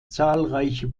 zahlreiche